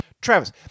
Travis